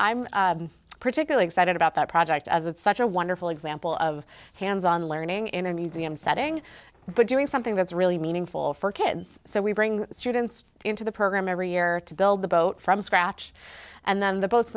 i'm particularly excited about that project as it's such a wonderful example of hands on learning in a museum setting but doing something that's really meaningful for kids so we bring students into the program every year to build the boat from scratch and then the bo